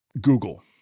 Google –